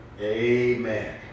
Amen